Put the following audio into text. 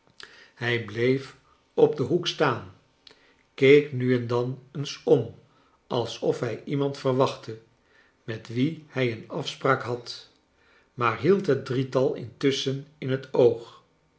hij bleef op den hoek staan keek nu en dan eens om alsof hij iemand verwachtte met wien hij een afspraak had maar hield het drietal intusschen in het oog